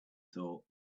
thought